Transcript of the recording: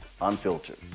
unfiltered